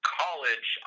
college